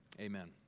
Amen